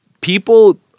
people